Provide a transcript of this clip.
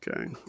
Okay